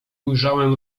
ujrzałem